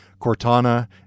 Cortana